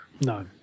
No